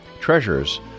Treasures